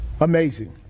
Amazing